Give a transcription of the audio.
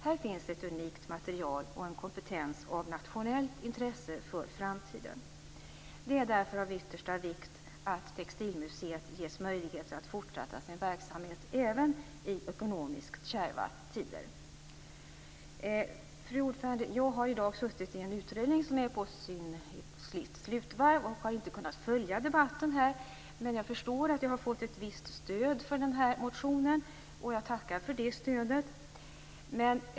Här finns ett unikt material och en kompetens av nationellt intresse för framtiden. Det är därför av yttersta vikt att textilmuseet ges möjlighet att fortsätta sin verksamhet även i ekonomiskt kärva tider. Fru talman! Jag har i dag suttit i sammanträde i en utredning som är inne på sitt slutvarv och har inte kunnat följa debatten. Jag förstår att jag har fått ett visst stöd för motionen, och jag tackar för det stödet.